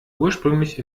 ursprünglich